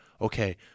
Okay